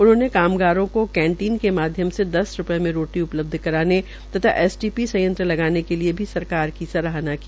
उन्होंने कामगारों के केन्टीन के माध्यम से दस रूपये में रोटी उपलब्ध करने और एसटीपी संयंत्र लगाने के लिए भी सरकार की सराहना की